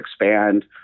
expand